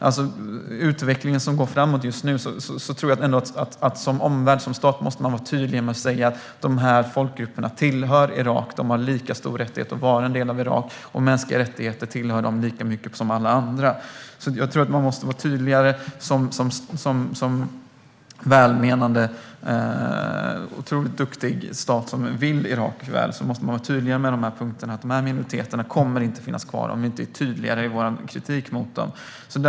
Även om utvecklingen går framåt just nu tror jag att man som stat tydligt måste säga att de här folkgrupperna tillhör Irak, att de har lika stor rättighet att vara en del av Irak och att de ska omfattas av mänskliga rättigheter lika mycket som alla andra. Jag tror inte att dessa minoriteter kommer att finnas kvar om vi inte, som en otroligt duktig stat som vill Irak väl, är tydligare i vår kritik mot regimen.